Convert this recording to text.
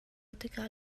tikah